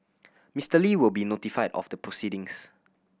Mister Li will be notified of the proceedings